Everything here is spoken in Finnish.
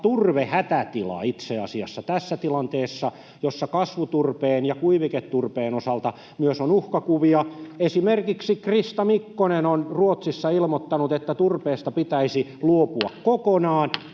turvehätätila itse asiassa tässä tilanteessa, jossa kasvuturpeen ja kuiviketurpeen osalta myös on uhkakuvia. Esimerkiksi Krista Mikkonen on Ruotsissa ilmoittanut, että turpeesta pitäisi luopua kokonaan.